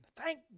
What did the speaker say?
Thank